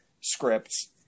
scripts